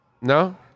No